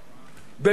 במאות אלפים,